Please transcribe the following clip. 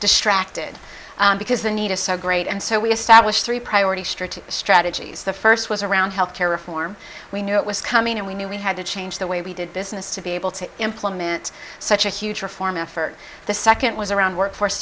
distracted because the need is so great and so we establish three priorities straight to strategies the first was around health care reform we knew it was coming and we knew we had to change the way we did business to be able to implement such a huge reform effort the second was around workforce